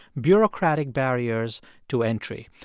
bureaucratic barriers to entry.